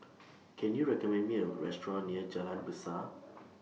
Can YOU recommend Me A Restaurant near Jalan Besar